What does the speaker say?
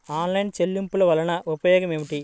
Online చెల్లింపుల వల్ల ఉపయోగమేమిటీ?